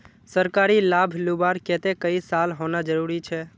सरकारी लाभ लुबार केते कई साल होना जरूरी छे?